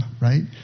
right